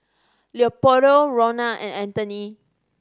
Leopoldo Ronna and Anthoney